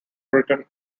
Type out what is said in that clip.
written